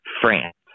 France